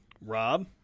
Rob